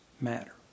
matter